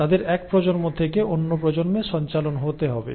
তাদের এক প্রজন্ম থেকে অন্য প্রজন্মে সঞ্চালন হতে হবে